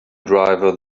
driver